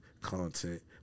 content